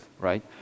right